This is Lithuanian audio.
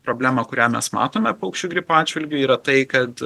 problema kurią mes matome paukščių gripo atžvilgiu yra tai kad